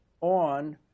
on